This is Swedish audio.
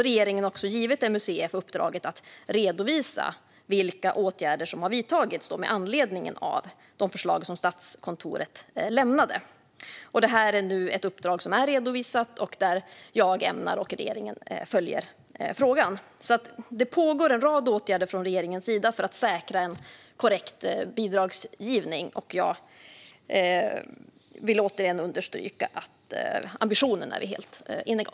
Regeringen har också gett MUCF uppdraget att redovisa vilka åtgärder som har vidtagits med anledning av de förslag som Statskontoret lämnade. Det här är ett uppdrag som är redovisat, och jag och regeringen ämnar följa frågan. Det pågår alltså en rad åtgärder från regeringens sida för att säkra en korrekt bidragsgivning, och jag vill återigen understryka att ambitionen är vi helt eniga om.